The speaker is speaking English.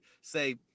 say